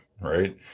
Right